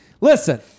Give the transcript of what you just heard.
Listen